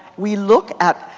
we look at,